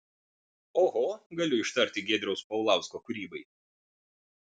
oho galiu ištarti giedriaus paulausko kūrybai